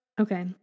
Okay